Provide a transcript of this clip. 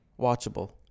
watchable